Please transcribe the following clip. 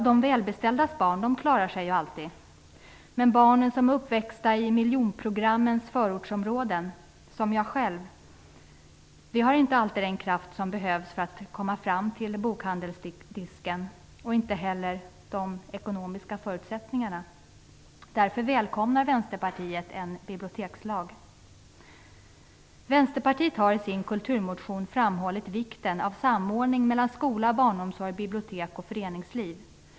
De välbeställdas barn klarar sig alltid. Men de barn som är uppvuxna i miljonprogrammets förortsområden, som jag själv, har inte alltid den kraft som behövs för att komma fram till bokhandelsdisken. De har inte heller de ekonomiska förutsättningarna. Därför välkomnar Vänsterpartiet en bibliotekslag. Vänsterpartiet har i sin kulturmotion framhållit vikten av samordning mellan skola, barnomsorg, bibliotek och föreningsliv.